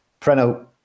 Preno